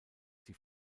die